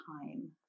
time